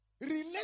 Relate